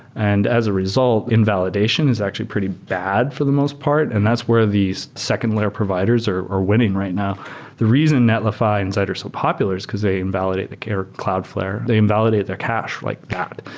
and as a result, invalidation is actually pretty bad for the most part and that's where these second layer providers are are winning right now the reason netlify inside are so popular is because they invalidate the cloudflare. they invalidate their cache like that.